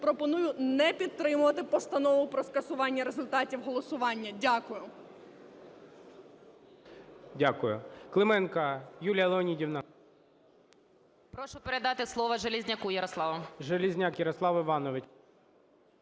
пропоную не підтримувати постанову про скасування результатів голосування. Дякую.